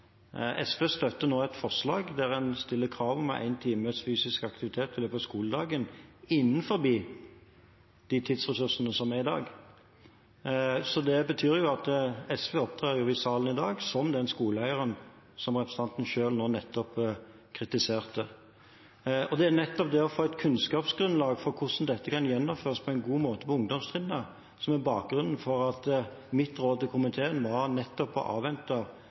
SV støtter nå et forslag der en stiller krav om én times fysisk aktivitet i løpet av skoledagen innenfor de tidsressursene som er i dag. Det betyr at SV opptrer i salen i dag som den skoleeieren som representanten selv kritiserte. Det er nettopp det å få et kunnskapsgrunnlag for hvordan dette kan gjennomføres på en god måte på ungdomstrinnet, som er bakgrunnen for at mitt råd til komiteen var å avvente